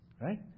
Right